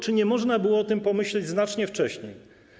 Czy nie można było o tym pomyśleć znacznie wcześniej?